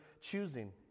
choosing